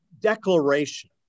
declaration